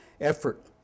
effort